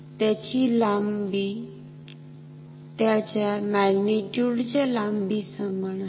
त्याची लांबी त्यांच्या मॅग्निट्यूड च्या लांबी समान आहे